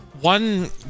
one